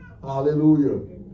Hallelujah